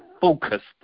focused